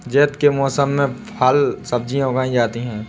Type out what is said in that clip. ज़ैद के मौसम में फल सब्ज़ियाँ उगाई जाती हैं